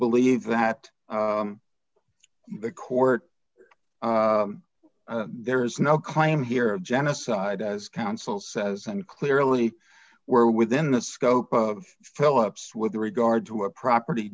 believe that the court there is no claim here of genocide as council says and clearly where within the scope of philips with regard to a property